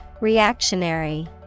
Reactionary